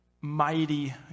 mighty